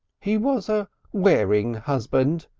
he was a wearing husband,